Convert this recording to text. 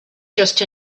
just